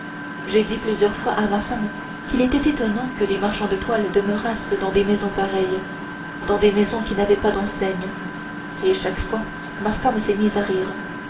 j'ai dit plusieurs fois à ma femme qu'il était étonnant que des marchands de toile demeurassent dans des maisons pareilles dans des maisons qui n'avaient pas d'enseignes et chaque fois ma femme s'est mise à rire